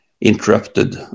interrupted